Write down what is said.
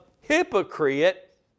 hypocrite